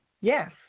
Yes